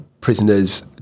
prisoners